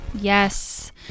Yes